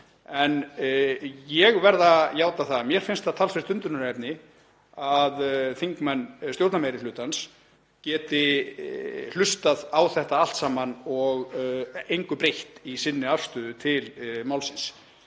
En ég verð að játa að mér finnst það talsvert undrunarefni að þingmenn stjórnarmeirihlutans geti hlustað á þetta allt saman og í engu breytt í afstöðu sinni til málsins,